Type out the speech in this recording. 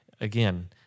again